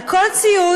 על כל ציוץ,